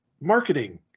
Marketing